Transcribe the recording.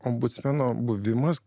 ombudsmeno buvimas